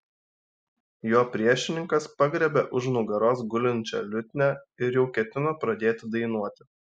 jo priešininkas pagriebė už nugaros gulinčią liutnią ir jau ketino pradėti dainuoti